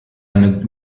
eine